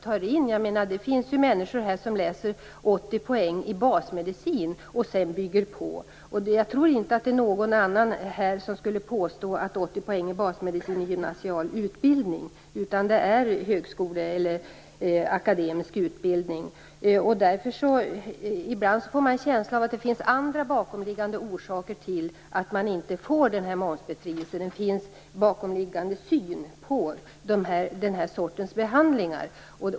Det finns människor som läser 80 poäng basmedicin och sedan bygger på. Jag tror inte att någon här skulle påstå att 80 poäng basmedicin är gymnasial utbildning. Det är akademisk utbildning. Ibland får man en känsla av att det finns andra bakomliggande orsaker till att man inte får momsbefrielse. Det finns en bakomliggande syn på den här sortens behandlingar.